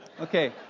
Okay